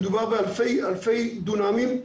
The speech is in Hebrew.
מדובר באלפי אלפי דונמים.